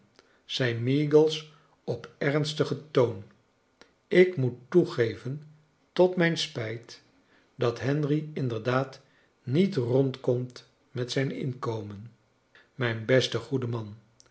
zei meagles op ernstigen toon ik moet toegeven tot mijn spijt dat henry inderdaad niet rond komt met zijn inkomen mijn beste goede man